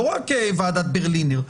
לא רק ועדת ברלינר.